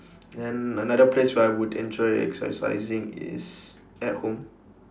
then another place where I would enjoy exercising is at home